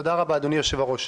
תודה רבה, אדוני יושב הראש.